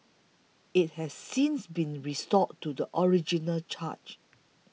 it has since been restored to the original charge